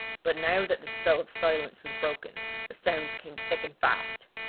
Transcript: but now that the spell of silence was broken the sounds came thick and fast.